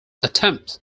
attempts